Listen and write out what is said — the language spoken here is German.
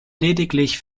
lediglich